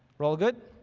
all good?